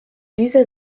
dieser